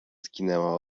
zginęła